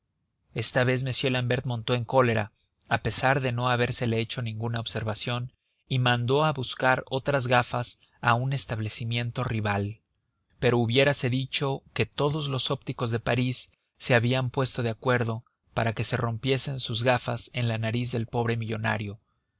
esta vez m l'ambert montó en cólera a pesar de no habérsele hecho ninguna observación y mandó a buscar otras gafas a un establecimiento rival pero hubiérase dicho que todos los ópticos de parís se habían puesto de acuerdo para que se rompiesen sus gafas en la nariz del pobre millonario